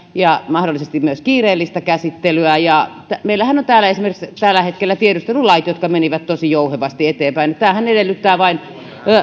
ja mahdollisesti myös kiireellistä käsittelyä ja meillähän on täällä esimerkiksi tällä hetkellä tiedustelulait jotka menivät tosi jouhevasti eteenpäin tämähän edellyttää vain